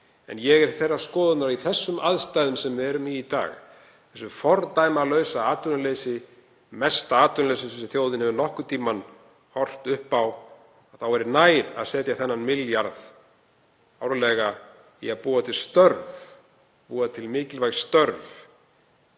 en ég er þeirrar skoðunar að í þeim aðstæðum sem við erum í í dag, þessu fordæmalausa atvinnuleysi, mesta atvinnuleysi sem þjóðin hefur nokkurn tímann horft upp á, væri nær að setja þennan milljarð árlega í að búa til störf, búa til mikilvæg störf